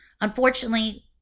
Unfortunately